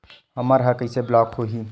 हमर ह कइसे ब्लॉक होही?